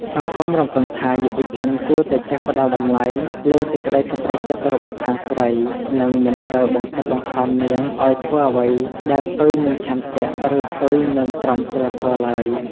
សង្គមរំពឹងថា យុវជនគួរតែចេះផ្ដល់តម្លៃលើសេចក្ដីសម្រេចចិត្តរបស់ខាងស្រី និងមិនត្រូវបង្ខិតបង្ខំនាងឱ្យធ្វើអ្វីដែលផ្ទុយនឹងឆន្ទៈ ឬផ្ទុយនឹងក្រមសីលធម៌ឡើយ។